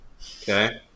Okay